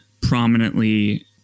prominently